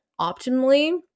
optimally